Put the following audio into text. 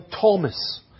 Thomas